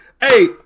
Hey